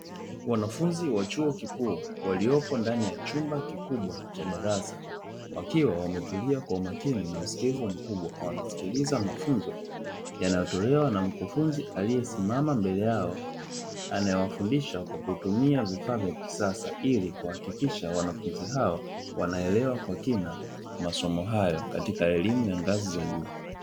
Wanafunzi wa chuo kikuu waliopo ndani ya chumba kikubwa cha darasa, wakiwa wametulia kwa umakini na usikivu mkubwa. Wanasikiliza mafunzo yanayotolewa na mkufunzi aliyesimama mbele yao anayewafundisha, kwa kutumia vifaa vya kisasa. Ili kuhakikisha wanafunzi hawa wanaelewa kwa kina masomo hayo katika elimu ya ngazi za juu.